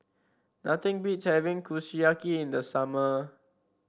nothing beats having Kushiyaki in the summer